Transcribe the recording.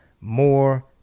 More